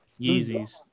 Yeezys